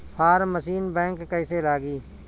Form machine बैक कईसे लागी?